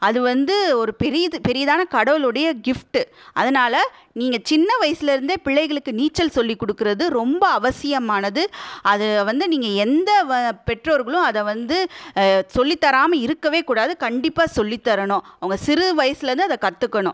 அது வந்து ஒரு பெரியது பெரிதான கடவுளுடைய கிஃப்ட்டு அதனால நீங்கள் சின்ன வயசுலருந்தே பிள்ளைகளுக்கு நீச்சல் சொல்லிக் கொடுக்குறது ரொம்ப அவசியமானது அது வந்து நீங்கள் எந்த வ பெற்றோர்களும் அதை வந்து சொல்லித் தராமல் இருக்கவே கூடாது கண்டிப்பாக சொல்லித் தரணும் அவங்க சிறு வயசுலருந்தே அதை கற்றுக்கணும்